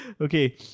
Okay